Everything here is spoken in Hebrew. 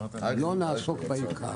לא נעסוק בעיקר.